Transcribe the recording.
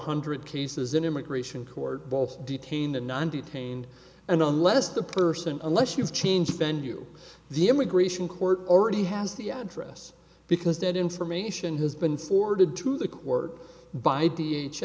hundred cases in immigration court both detained and non detained and unless the person unless you've changed venue the immigration court already has the address because that information has been forwarded to the quirt by d h